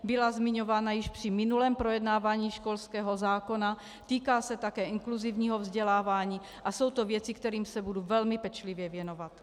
Byla zmiňována již při minulém projednávání školského zákona, týká se také inkluzivního vzdělávání a jsou to věci, kterým se budu velmi pečlivě věnovat.